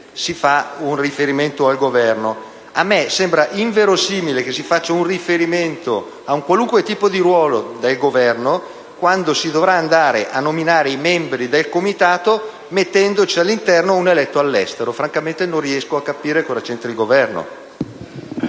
si fa un riferimento al Governo. A me sembra inverosimile che si faccia riferimento a un qualunque tipo di ruolo del Governo quando si dovranno nominare i membri del Comitato mettendoci all'interno un eletto all'estero. Francamente non riesco a capire cosa c'entri il Governo.